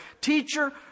Teacher